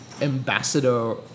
ambassador